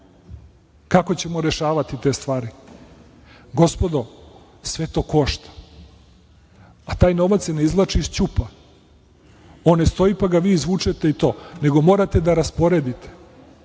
kako ćemo rešavati te stvari. Gospodo, sve to košta, a taj novac se ne izvlači iz ćupa. On ne stoji, pa ga vi izvučete i to, nego morate da rasporedite. Ako